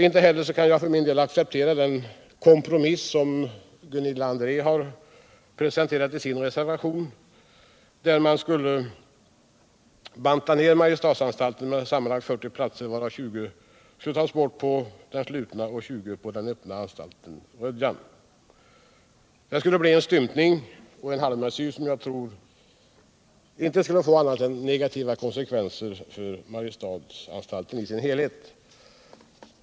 Inte heller kan jag acceptera den kompromiss som Gunilla André har presenterat i sin reservation och som innebär att man skulle banta ned Mariestadsanstalten med sammanlagt 40 platser, varav 20 skulle tas bort på den slutna avdelningen och 20 på den öppna anläggningen Rödjan. Det skulle bli en stympning och en halvmesyr som inte skulle få annat än negativa konsekvenser för Mariestadsanstalten i dess helhet.